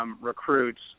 recruits